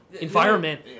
environment